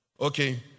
okay